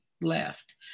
left